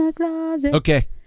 Okay